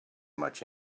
much